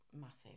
massive